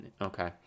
Okay